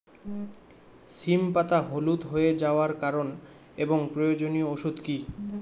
সিম পাতা হলুদ হয়ে যাওয়ার কারণ এবং প্রয়োজনীয় ওষুধ কি?